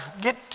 get